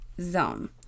zone